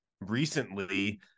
recently